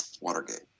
Watergate